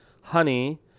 Honey